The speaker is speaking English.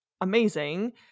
amazing